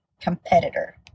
competitor